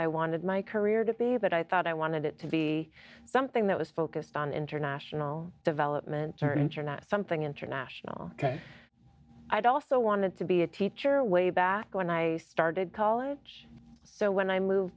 i wanted my career to be but i thought i wanted it to be something that was focused on international development or internet some in international i'd also wanted to be a teacher way back when i started college so when i moved